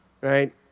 right